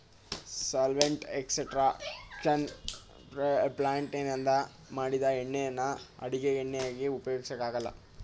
solvent extraction ಪ್ಲಾಂಟ್ನಿಂದ ಮಾಡಿದ್ ಎಣ್ಣೆನ ಅಡುಗೆ ಎಣ್ಣೆಯಾಗಿ ಉಪಯೋಗ್ಸಕೆ ಆಗಲ್ಲ